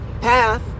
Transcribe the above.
path